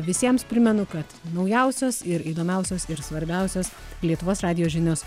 visiems primenu kad naujausios ir įdomiausios ir svarbiausios lietuvos radijo žinios